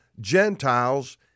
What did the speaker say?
Gentiles